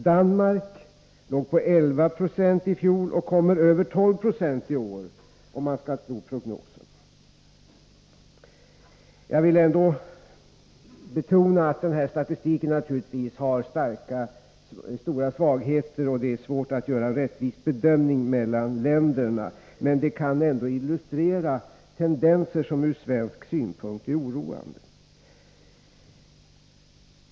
Danmark låg på 11 926 i fjol och kommer över 12 96 i år, om man skall tro prognosen. Jag vill betona att denna statistik naturligtvis har stora svagheter, och det är svårt att göra en rättvis bedömning mellan länderna, men det kan ändå illustrera tendenser, som ur svensk synpunkt är oroande.